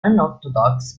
unorthodox